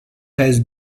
has